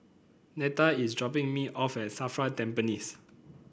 Neta is dropping me off at Safra Tampines